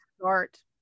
start